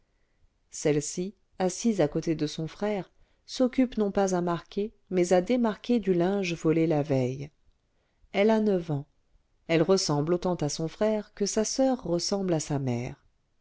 celle-ci assise à côté de son frère s'occupe non pas à marquer mais à démarquer du linge volé la veille elle a neuf ans elle ressemble autant à son frère que sa soeur ressemble à sa mère